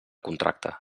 contracte